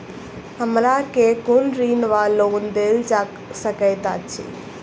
हमरा केँ कुन ऋण वा लोन देल जा सकैत अछि?